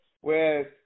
Whereas